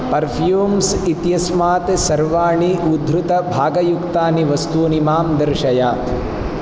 perfumes इत्यस्मात् सर्वाणि उद्धृतभागयुक्तानि वस्तूनि मां दर्शय